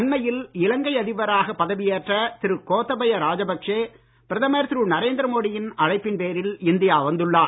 அண்மையில் இலங்கை அதிபராக பதவியேற்ற திரு கோத்தபய ராஜபக்சே பிரதமர் திரு நரேந்திர மோடியின் அழைப்பின் பேரில் இந்தியா வந்துள்ளார்